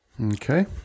Okay